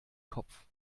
kopf